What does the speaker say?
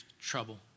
trouble